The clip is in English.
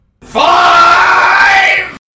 five